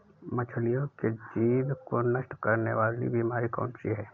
मछलियों के जीभ को नष्ट करने वाली बीमारी कौन सी है?